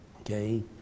okay